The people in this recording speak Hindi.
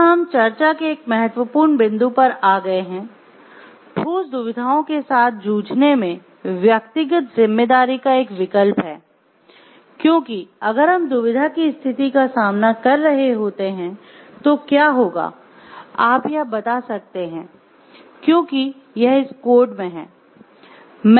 यहां हम चर्चा के एक महत्वपूर्ण बिंदु पर आ गए हैं ठोस दुविधाओं के साथ जूझने में व्यक्तिगत जिम्मेदारी का एक विकल्प है क्योंकि अगर हम दुविधा की स्थिति का सामना कर रहे होते हैं तो क्या होगा आप यह बता सकते हैं क्योंकि यह इस कोड में है